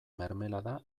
mermelada